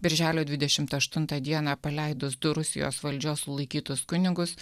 birželio dvidešimt aštuntą dieną paleidus du rusijos valdžios laikytus kunigus